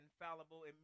infallible